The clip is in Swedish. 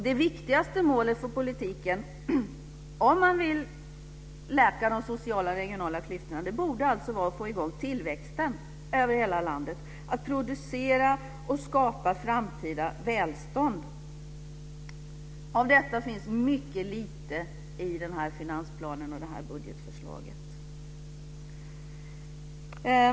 Det viktigaste målet för politiken, om man vill läka de sociala och regionala klyftorna, borde alltså vara att få i gång tillväxten över hela landet, att producera och skapa framtida välstånd. Det finns väldigt lite av detta i den här finansplanen och det här budgetförslaget.